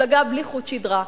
מפלגה בלי חוט שדרה,